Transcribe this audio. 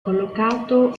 collocato